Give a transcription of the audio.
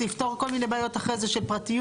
זה יפתור כל מיני בעיות אחרי זה של פרטיות.